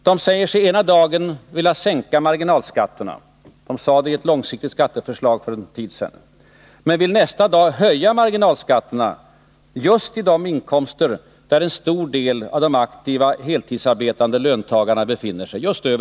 De säger sig ena dagen vilja sänka marginalskatterna — de sade det i ett långsiktigt skatteförslag för en tid sedan — men vill nästa dag höja marginalskatterna just vid de inkomster där en stor del av de aktiva heltidsarbetande löntagarna befinner sig.